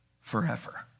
forever